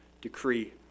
decree